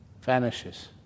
vanishes